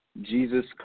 Jesus